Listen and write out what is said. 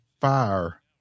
fire